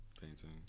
painting